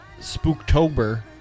Spooktober